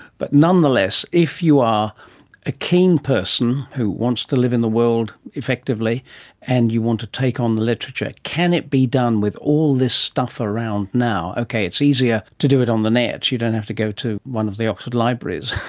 but nonetheless, if you are a keen person who wants to live in the world effectively and you want to take on the literature, can it be done with all this stuff around now? okay, it's easier to do it on the net, you don't have to go to one of the oxford libraries,